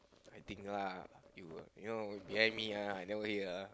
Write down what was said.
I think lah you will you know behind me ah I never hear ah